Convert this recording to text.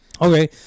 Okay